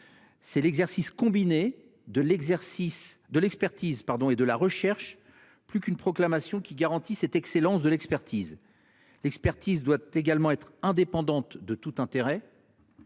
C’est l’exercice combiné de l’expertise et de la recherche, plus qu’une proclamation, qui garantit cette excellence de l’expertise. L’expertise doit également être indépendante de tout intérêt.